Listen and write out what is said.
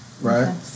right